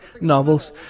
novels